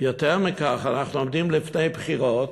יותר מכך, אנחנו עומדים לפני בחירות,